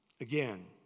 Again